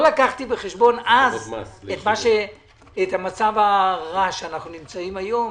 לא לקחתי בחשבון אז את המצב הרע שאנחנו נמצאים בו היום,